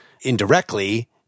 indirectly